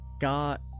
got